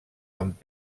amb